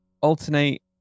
alternate